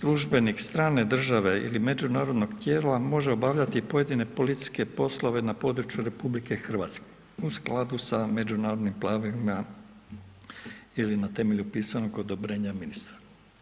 službenik strane države ili međunarodnog tijela može obavljati pojedine policijske poslove na području RH u skladu sa međunarodnim pravilima ili na temelju pisanog odobrenja ministra.